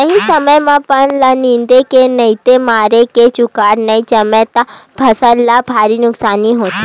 सही समे म बन ल निंदे के नइते मारे के जुगाड़ नइ जमाबे त फसल ल भारी नुकसानी होथे